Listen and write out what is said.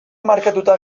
markatuta